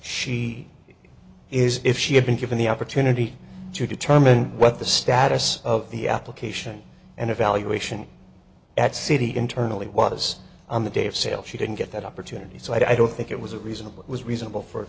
she is if she had been given the opportunity to determine what the status of the application and evaluation at city internally was on the day of sale she didn't get that opportunity so i don't think it was a reasonable it was reasonable for